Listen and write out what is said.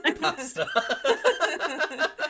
Pasta